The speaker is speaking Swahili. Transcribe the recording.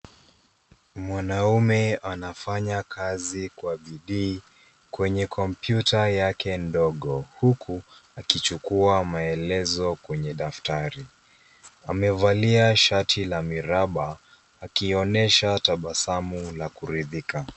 Mwanaume anafanya kazi kwa bidii kwenye kompyuta yake ndogo huku, akichukua maelezo kwenye daftari. Amevalia shati la miraba akionyesha tabasamu la kuridhika.